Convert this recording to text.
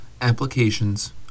Applications